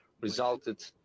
resulted